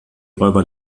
räuber